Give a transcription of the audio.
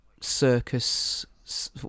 circus